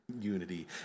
unity